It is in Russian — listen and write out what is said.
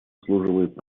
заслуживает